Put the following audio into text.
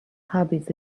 hobbies